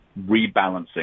rebalancing